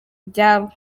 ibyabo